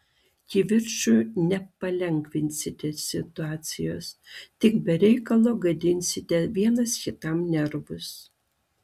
kivirču nepalengvinsite situacijos tik be reikalo gadinsite vienas kitam nervus